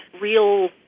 real